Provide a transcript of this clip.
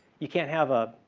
you can't have a,